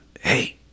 hey